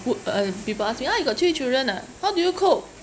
peo~ uh uh people ask me ha you got three children ah how do you cope